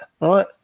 right